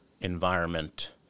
environment